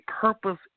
purpose